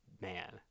man